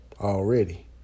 already